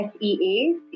SEA